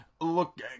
Look